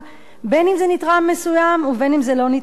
בין אם זה נתרם מסוים ובין אם זה לא נתרם מסוים.